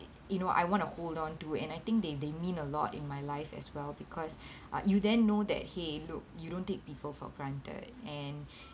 you know I want to hold on to and I think they they mean a lot in my life as well because uh you then know that !hey! look you don't take people for granted and